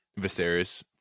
Viserys